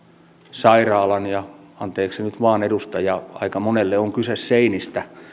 sairaalan ja anteeksi nyt vain edustaja aika monelle on kyse seinistä